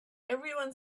everyone